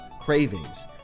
cravings